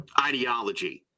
ideology